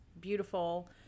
beautiful